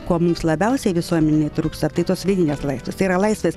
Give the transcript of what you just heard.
ko mums labiausiai visuomenei trūksta tai tos vidinės laisvės tai yra laisvės